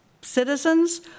citizens